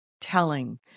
telling